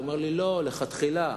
אמר לי: לא, לכתחילה.